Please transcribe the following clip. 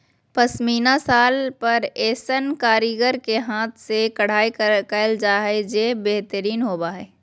पश्मीना शाल पर ऐसन कारीगर के हाथ से कढ़ाई कयल जा हइ जे बेहतरीन होबा हइ